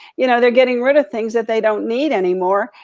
you know they're getting rid of things that they don't need anymore.